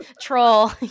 troll